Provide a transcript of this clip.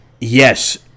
Yes